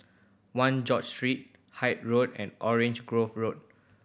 One George Street Hythe Road and Orange Grove Road